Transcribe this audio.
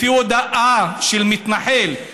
לפי הודאה של מתנחל,